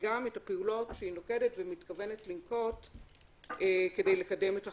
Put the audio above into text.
וגם את הפעולות שהיא נוקטת ומבקשת לנקוט כדי לקדם את החקיקה.